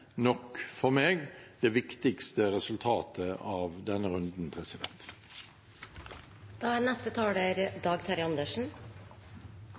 nok for meg det viktigste resultatet av denne runden. På slutten av debatten vil jeg bare si at det er